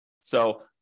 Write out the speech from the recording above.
So-